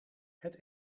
het